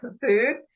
food